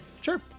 Sure